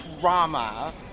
trauma